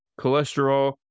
cholesterol